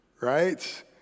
Right